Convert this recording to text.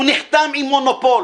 הוא נחתם עם מונופול